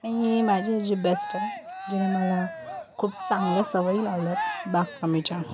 आणि माझे जे बेस्ट आहे जिने मला खूप चांगल्या सवयी लावल्या आहेत बागकामेच्या